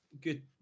good